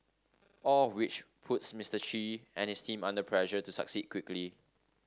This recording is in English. all of which puts Mister Chi and his team under pressure to succeed quickly